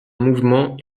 mouvement